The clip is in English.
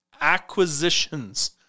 acquisitions